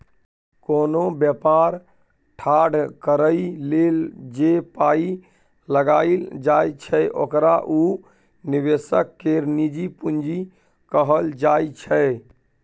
कोनो बेपार ठाढ़ करइ लेल जे पाइ लगाइल जाइ छै ओकरा उ निवेशक केर निजी पूंजी कहल जाइ छै